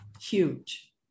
huge